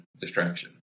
distraction